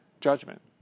judgment